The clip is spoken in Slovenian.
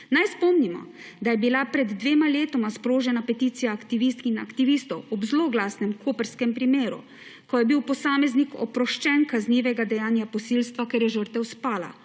Naj spomnimo, da je bila pred dvema letoma sprožena peticija aktivistk in aktivistov, ob zloglasnem koprskem primeru, ko je bil posameznik oproščen kaznivega dejanja posilstva, ker je žrtev spala.